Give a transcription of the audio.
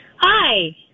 Hi